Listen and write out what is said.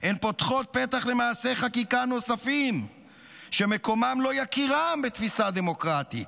הן פותחות פתח למעשי חקיקה נוספים שמקומם לא יכירם בתפיסה הדמוקרטית,